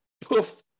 poof